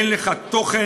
אין לך תוכן,